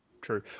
true